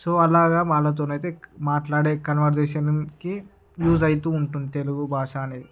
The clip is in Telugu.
సో అలగా వాలతోనైతే మాట్లాడే కన్వర్జేషన్ కి యూజ్ అయితు ఉంటుంది తెలుగు భాష అనేది